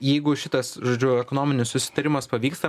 jeigu šitas žodžiu ekonominis susitarimas pavyksta